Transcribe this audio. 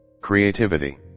Creativity